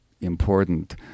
important